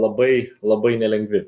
labai labai nelengvi